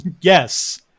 Yes